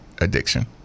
addiction